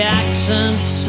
accents